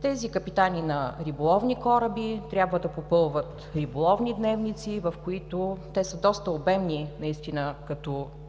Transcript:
Тези капитани на риболовни кораби трябва да попълват риболовни дневници – те са доста обемни наистина като